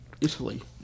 Italy